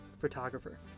photographer